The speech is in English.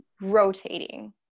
rotating